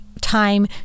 time